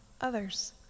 others